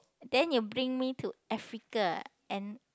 then you bring me to Africa and